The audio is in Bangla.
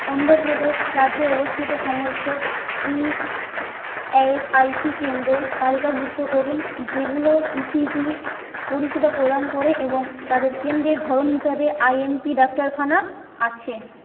অন্ধ্র প্রদেশ রাজ্যে অবস্থিত সমস্ত ই এসআইসি কেন্দ্র তালিকাভুক্ত করুন যেগুলো ইসিজি পরিষেবা প্রদান করে এবং তাদের কেন্দ্রের ধরন হিসাবে আইএমপি ডাক্তারখানা আছে